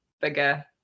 bigger